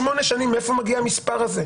8 שנים, מאיפה מגיע המספר הזה?